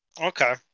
Okay